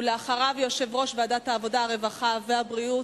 ואחריו, יושב-ראש ועדת העבודה, הרווחה והבריאות,